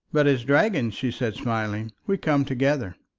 but as dragons, she said, smiling, we come together.